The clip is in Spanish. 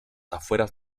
afueras